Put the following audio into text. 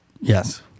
yes